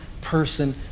person